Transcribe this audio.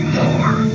more